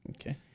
Okay